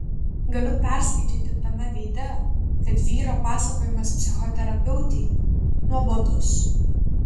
galiu perskaityti tame veide kad vyro pasakojimas psichoterapeutei nuobodus